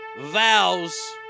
vows